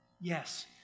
yes